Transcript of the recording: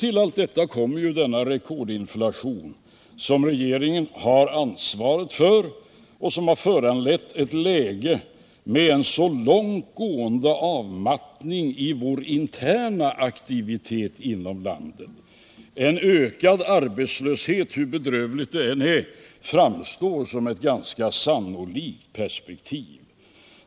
Till allt detta kommer den rekordinflation som regeringen har ansvaret för och som föranlett ett läge med en långt gående avmattning i vår interna aktivitet inom landet. En ökad arbetslöshet, hur bedrövlig en sådan än är, framstår som ett ganska sannolikt perspektiv.